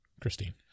Christine